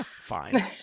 Fine